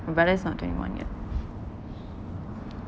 my brother's not twenty one yet